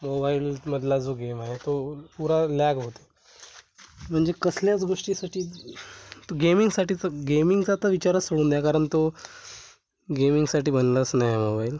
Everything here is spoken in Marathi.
मोबाईलमधला जो गेम आहे तो पुरा लॅग होते म्हणजे कसल्याच गोष्टीसाठी तो गेमिंगसाठीचं गेमिंगचा तर विचारच सोडून द्या कारण तो गेमिंगसाठी बनलाच नाही आहे मोबाईल